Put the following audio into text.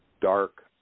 Dark